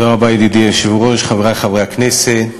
ידידי היושב-ראש, תודה רבה, חברי חברי הכנסת,